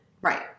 Right